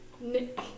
nick